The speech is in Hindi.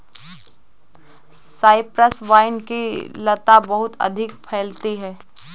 साइप्रस वाइन की लता बहुत अधिक फैलती है